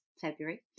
February